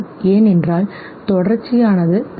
ஏனென்றால் தொடர்ச்சியானது சரி